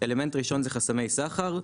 אלמנט ראשון זה חסמי סחר,